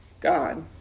God